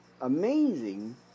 amazing